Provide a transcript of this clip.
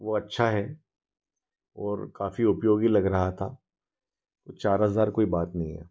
वह अच्छा है काफी उपयोगी लग रहा था तो चार हज़ार कोई बात नहीं है